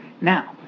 now